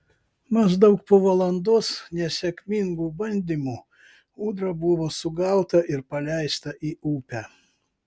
maždaug po valandos nesėkmingų bandymų ūdra buvo sugauta ir paleista į upę